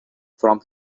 from